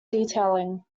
detailing